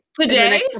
Today